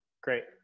Great